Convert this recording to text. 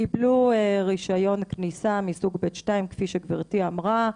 קיבלו רישיון כניסה מסוג ב/2, כפי שגברתי אמרה,